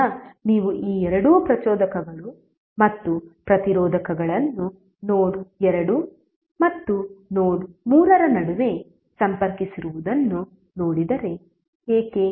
ಈಗ ನೀವು ಈ ಎರಡು ಪ್ರಚೋದಕಗಳು ಮತ್ತು ಪ್ರತಿರೋಧಕಗಳನ್ನು ನೋಡ್ 2 ಮತ್ತು ನೋಡ್ 3 ನಡುವೆ ಸಂಪರ್ಕಿಸಿರುವುದನ್ನು ನೋಡಿದರೆ ಏಕೆ